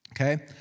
Okay